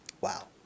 Wow